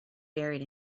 buried